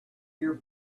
your